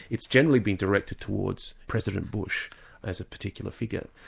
it's generally been directed towards president bush as a particular figure.